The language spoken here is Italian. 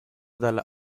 dalla